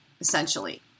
essentially